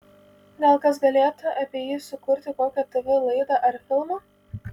gal kas galėtų apie jį sukurti kokią tv laidą ar filmą